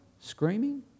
screaming